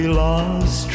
lost